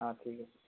অঁ ঠিক আছে